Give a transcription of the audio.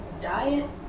diet